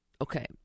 Okay